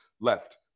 left